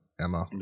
Emma